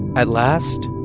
at last.